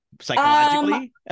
psychologically